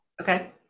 okay